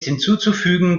hinzuzufügen